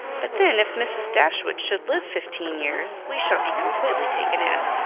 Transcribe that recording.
but, then, if mrs. dashwood should live fifteen years we shall be completely taken in.